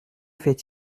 fait